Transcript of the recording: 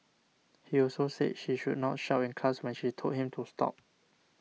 he also said she should not shout in class when she told him to stop